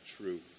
true